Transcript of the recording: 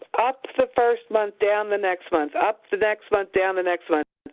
up the first month, down the next month, up the next month, down the next month,